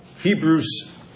Hebrews